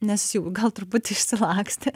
nes jis jau gal truputį išsilakstė